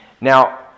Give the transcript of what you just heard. Now